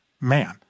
man